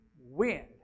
wind